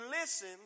listen